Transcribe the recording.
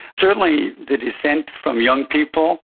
certainly the dissent from young people,